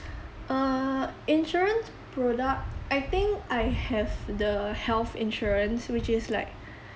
err insurance product I think I have the health insurance which is like